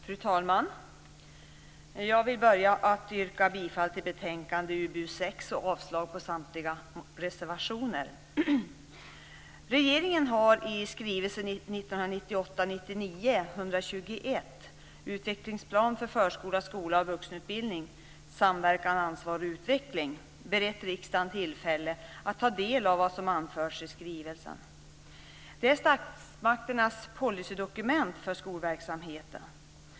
Fru talman! Jag vill börja med att yrka bifall till utskottets hemställan i betänkandet UbU6 och avslag på samtliga reservationer. samverkan, ansvar och utveckling berett riksdagen tillfälle att ta del av vad som anförts i skrivelsen. Detta är statsmakternas policydokument för skolverksamheten.